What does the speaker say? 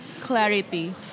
clarity